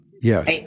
yes